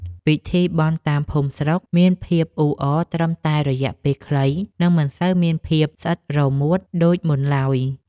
ពិធីបុណ្យតាមភូមិស្រុកមានភាពអ៊ូអរត្រឹមតែរយៈពេលខ្លី និងមិនសូវមានភាពស្អិតរមួតដូចមុនឡើយ។